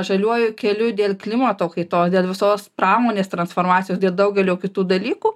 žaliuoju keliu dėl klimato kaitos dėl visos pramonės transformacijos dėl daugelio kitų dalykų